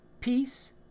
peace